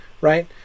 right